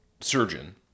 surgeon